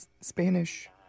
Spanish